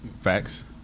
Facts